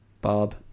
bob